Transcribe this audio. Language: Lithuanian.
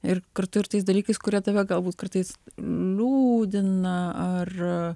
ir kartu ir tais dalykais kurie tave galbūt kartais liūdina ar